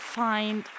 find